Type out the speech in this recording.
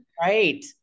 Right